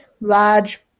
large